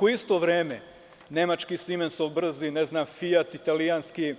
Dok u isto vreme Nemački Simensov brzi voz, Fijat Italijanski,